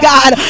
God